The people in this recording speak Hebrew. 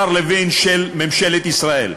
השר לוין, של ממשלת ישראל.